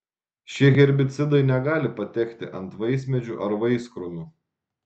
šie herbicidai negali patekti ant vaismedžių ar vaiskrūmių